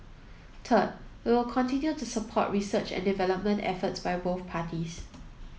third we'll continue to support research and development efforts by both parties